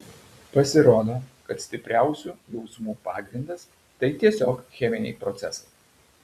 pasirodo kad stipriausių jausmų pagrindas tai tiesiog cheminiai procesai